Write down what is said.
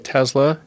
Tesla